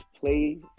play